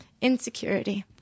insecurity